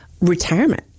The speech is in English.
retirement